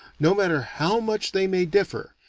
no matter how much they may differ,